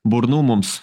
burnų mums